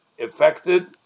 affected